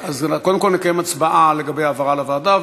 אז קודם כול נקיים הצבעה לגבי העברה לוועדה,